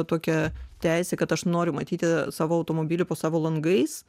tokią teisę kad aš noriu matyti savo automobilį po savo langais